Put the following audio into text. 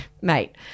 Mate –